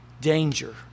danger